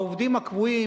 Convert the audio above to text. העובדים הקבועים,